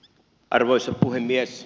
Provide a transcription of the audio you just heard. arvoisa puhemies